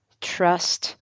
trust